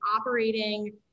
operating